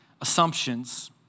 assumptions